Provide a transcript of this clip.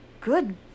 good